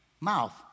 mouth